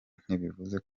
ntibivuze